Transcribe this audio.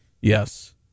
Yes